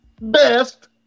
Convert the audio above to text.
Best